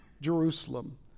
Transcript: Jerusalem